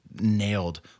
nailed